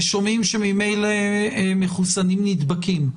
ומצד שני שומעים שממילא מחוסנים נדבקים.